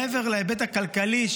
מעבר להיבט הכלכלי,